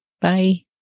Bye